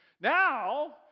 Now